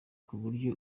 kuburyo